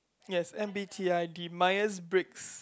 yes M-B_T_I_D Myers-Briggs